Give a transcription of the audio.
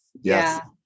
Yes